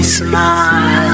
smile